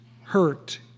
hurt